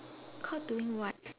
caught doing what